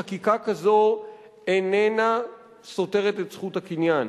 חקיקה כזאת איננה סותרת את זכות הקניין,